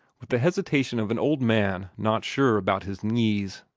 with the hesitation of an old man not sure about his knees.